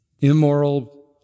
immoral